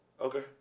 Okay